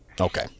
Okay